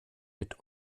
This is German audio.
mit